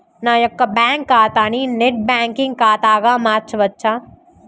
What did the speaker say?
నా యొక్క బ్యాంకు ఖాతాని నెట్ బ్యాంకింగ్ ఖాతాగా మార్చవచ్చా?